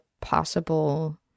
possible